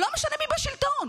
ולא משנה מי בשלטון,